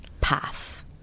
path